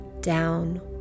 down